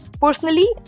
personally